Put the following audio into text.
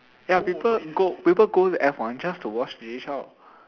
ya people go people go to F one just to watch Jay Chou